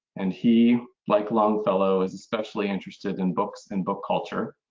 and he, like longfellow, is especially interested in books and book culture.